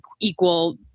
equal